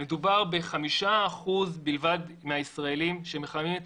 מדובר ב-5% בלבד מהישראלים שמחממים את